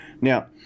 Now